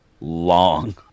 long